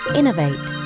innovate